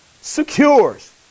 secures